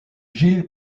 gil